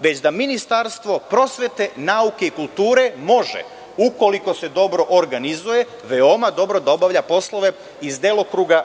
već da Ministarstvo prosvete, nauke i kulture, može ukoliko se dobro organizuje, veoma dobro da obavlja poslove iz delokruga